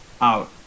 out